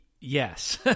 yes